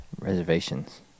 Reservations